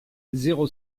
zéro